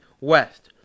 west